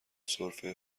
سرفه